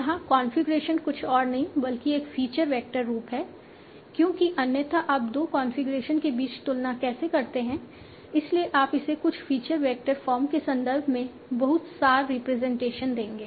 यहाँ कॉन्फ़िगरेशन कुछ और नहीं बल्कि एक फीचर वैक्टर रूप है क्योंकि अन्यथा आप दो कॉन्फ़िगरेशन के बीच तुलना कैसे करते हैं इसीलिए आप इसे कुछ फ़ीचर वेक्टर फॉर्म के संदर्भ में बहुत सार रिप्रेजेंटेशन देंगे